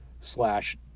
slash